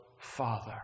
Father